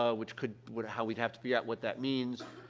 ah which could would how we'd have to figure out what that means,